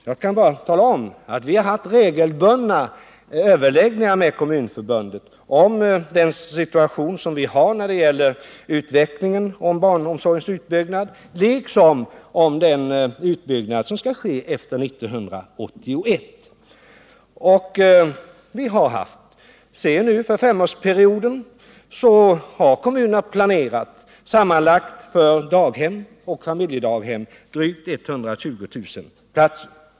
Jag kan bara tala om att vi har haft regelbundna överläggningar med Kommunförbundet om den situation vi har när det gäller utvecklingen av barnomsorgsutbyggnaden, liksom om den utbyggnad som skall ske efter 1981. För femårsperioden har kommunerna sedan sammanlagt planerat för daghem och familjedaghem med drygt 120 000 platser.